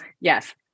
yes